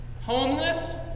Homeless